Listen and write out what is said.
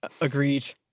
Agreed